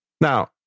Now